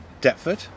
Deptford